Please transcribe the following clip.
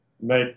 make